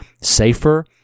safer